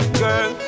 girl